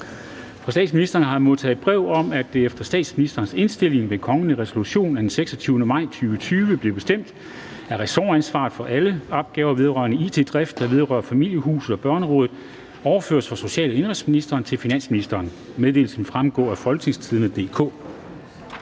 Fra statsministeren har jeg modtaget brev om, at det efter statsministerens indstilling ved kongelig resolution den 26. maj 2020 blev bestemt, at ressortansvaret for alle opgaver vedrørende it-drift, der vedrører Familieretshuset og Børnerådet, overføres fra social- og indenrigsministeren til finansministeren. Meddelelsen vil fremgå af www.folketingstidende.dk